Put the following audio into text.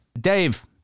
Dave